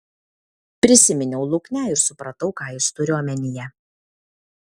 prisiminiau luknę ir supratau ką jis turi omenyje